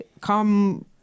come